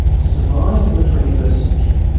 to survive in the twenty first century,